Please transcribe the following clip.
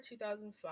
2005